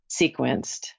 sequenced